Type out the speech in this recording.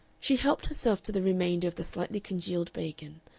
she helped herself to the remainder of the slightly congealed bacon,